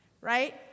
right